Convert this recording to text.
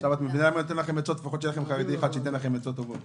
בונה כעת תכנית להעצמה משמעותית בשנתיים האחרונות של הגיוון